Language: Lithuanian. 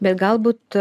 bet galbūt